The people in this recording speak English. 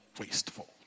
wasteful